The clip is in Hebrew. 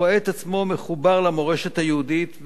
רואה את עצמו מחובר למורשת היהודית,